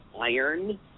iron